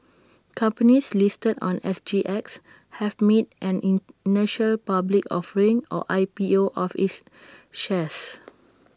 companies listed on S G X have made an initial public offering or I P O of its shares